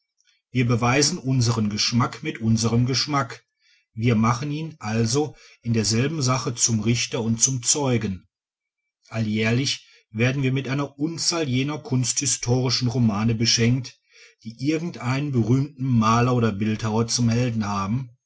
wir beweisen unsren geschmack mit unsrem geschmack wir machen ihn also in derselben sache zum richter und zum zeugen alljährlich werden wir mit einer unzahl jener kunsthistorischen romane beschenkt die irgendeinen berühmten maler oder bildhauer zum helden haben